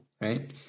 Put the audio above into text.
right